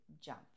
jump